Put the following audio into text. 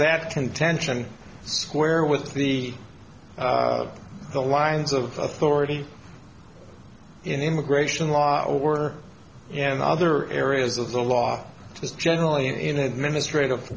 that contention square with the the lines of authority in immigration law order and other areas of the law just generally in administrative